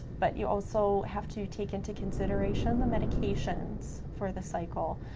but you also have to take into consideration the medications for the cycle,